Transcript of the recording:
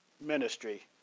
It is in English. ministry